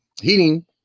heating